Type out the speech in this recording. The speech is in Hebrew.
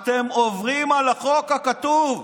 אתם עוברים על החוק הכתוב.